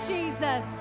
Jesus